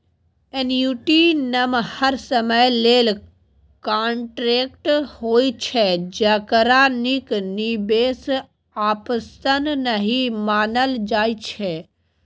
annuity नमहर समय लेल कांट्रेक्ट होइ छै जकरा नीक निबेश आप्शन नहि मानल जाइ छै